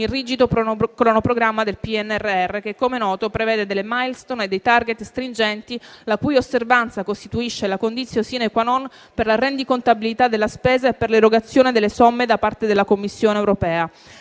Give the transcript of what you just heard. il rigido cronoprogramma del PNRR, che - come è noto - prevede delle *milestone* e dei *target* stringenti, la cui osservanza costituisce la *condicio sine qua* *non* per la rendicontabilità della spesa e per l'erogazione delle somme da parte della Commissione europea.